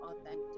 authentic